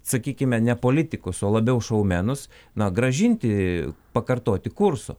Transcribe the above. sakykime ne politikus o labiau šoumenus na grąžinti pakartoti kurso